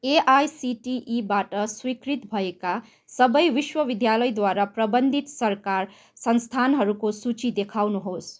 एआइसिटिईबाट स्वीकृत भएका सबै विश्वविद्यालयद्वारा प्रबन्धित सरकार संस्थानहरूको सूची देखाउनुहोस्